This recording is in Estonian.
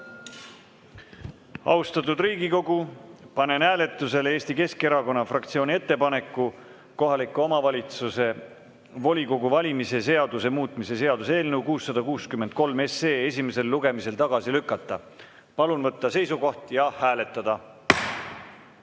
Riigikogu, panen hääletusele Eesti Keskerakonna fraktsiooni ettepaneku kohaliku omavalitsuse volikogu valimise seaduse muutmise seaduse eelnõu 663 esimesel lugemisel tagasi lükata. Palun võtta seisukoht ja hääletada!